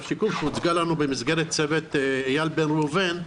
השיקום שהוצגה לנו במסגרת צוות איל בן ראובן,